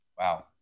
Wow